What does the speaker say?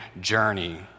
journey